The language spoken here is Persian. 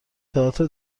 تئاتر